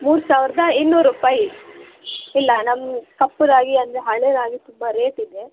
ಮೂರು ಸಾವಿರದ ಇನ್ನೂರು ರೂಪಾಯಿ ಇಲ್ಲ ನಮ್ಮ ಕಪ್ಪು ರಾಗಿ ಅಂದರೆ ಹಳೆಯ ರಾಗಿ ತುಂಬ ರೇಟಿದೆ